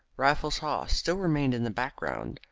raffles haw still remained in the background,